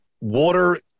water